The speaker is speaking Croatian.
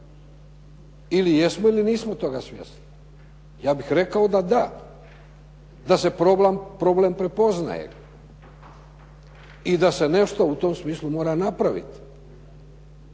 Ili jesmo ili nismo toga svjesni. Ja bih rekao da da, da se problem prepoznaje i da se nešto u tom smislu mora napraviti.